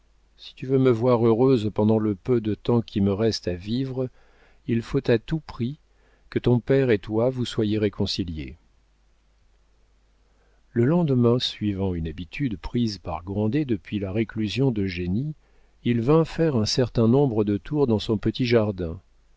si tu veux me voir heureuse pendant le peu de temps qui me reste à vivre il faut à tout prix que ton père et toi vous soyez réconciliés le lendemain suivant une habitude prise par grandet depuis la réclusion d'eugénie il vint faire un certain nombre de tours dans son petit jardin